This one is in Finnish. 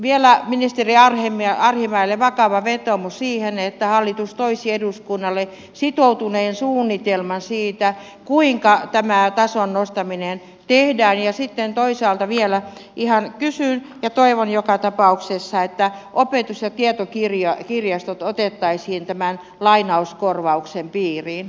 vielä ministeri arhinmäelle vakava vetoomus siitä että hallitus toisi eduskunnalle sitoutuneen suunnitelman siitä kuinka tämä tason nostaminen tehdään ja sitten toisaalta vielä ihan kysyn ja toivon joka tapauksessa että opetus ja tietokirjastot otettaisiin tämän lainauskorvauksen piiriin